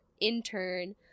intern